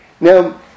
Now